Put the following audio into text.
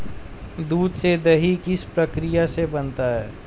दूध से दही किस प्रक्रिया से बनता है?